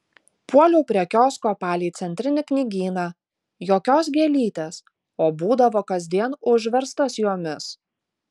puoliau prie kiosko palei centrinį knygyną jokios gėlytės o būdavo kasdien užverstas jomis